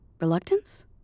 Reluctance